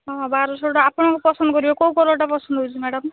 ହଁ ବାରଶହ ଟଙ୍କା ଆପଣଙ୍କ ପସନ୍ଦ କରିବେ କୋଉ କଲର୍ଟା ପସନ୍ଦ ହେଉଛି ମ୍ୟାଡ଼ମ୍